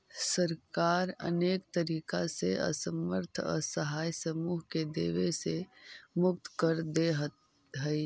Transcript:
सरकार अनेक तरीका से असमर्थ असहाय समूह के देवे से मुक्त कर देऽ हई